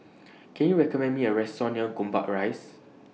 Can YOU recommend Me A Restaurant near Gombak Rise